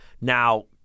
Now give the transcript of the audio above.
now